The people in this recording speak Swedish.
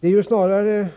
Det är snarare